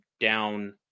down